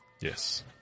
Yes